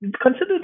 consider